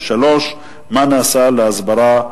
3. מה נעשה להסברה,